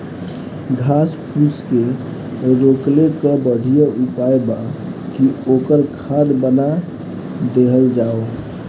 घास फूस के रोकले कअ बढ़िया उपाय बा कि ओकर खाद बना देहल जाओ